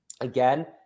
Again